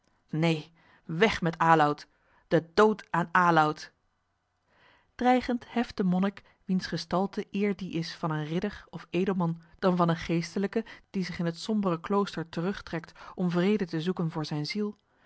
neen weg met aloud den dood aan aloud dreigend heft de monnik wiens gestalte eer die is van een ridder of edelman dan van een geestelijke die zich in het sombere klooster terugtrekt om vrede te zoeken voor zijn ziel